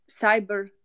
cyber